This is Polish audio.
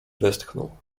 westchnął